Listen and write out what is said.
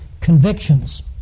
convictions